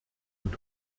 und